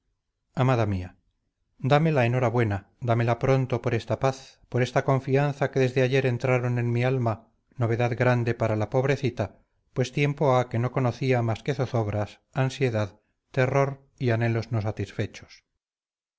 amada mía dame la enhorabuena dámela pronto por esta paz por esta confianza que desde ayer entraron en mi alma novedad grande para la pobrecita pues tiempo ha que no conocía más que zozobras ansiedad terror y anhelos no satisfechos